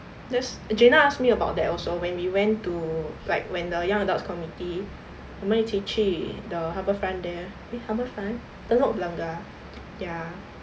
there's jana ask me about that also when we went to like when the young adults committee 我们一起去 the harbourfront there eh harbourfront telok blangah ya